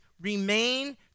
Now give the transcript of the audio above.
remain